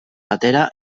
batera